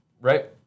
right